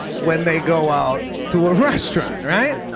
when they go out to a restaurant. right?